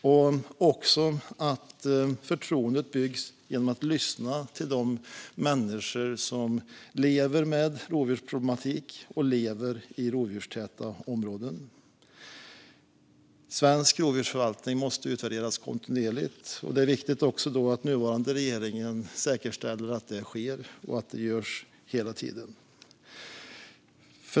Förtroendet för rovdjurspolitiken byggs bäst genom att man lyssnar till de människor som lever med rovdjursproblematik i rovdjurstäta områden. Svensk rovdjursförvaltning måste utvärderas kontinuerligt, och då är det viktigt att den nuvarande regeringen säkerställer att det sker och att det görs hela tiden.